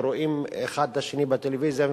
ורואים אחד את השני בטלוויזיה,